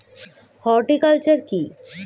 Horticulture কি?